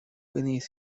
beneath